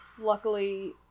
luckily